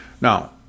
now